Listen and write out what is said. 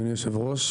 אדוני היושב-ראש,